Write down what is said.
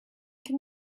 can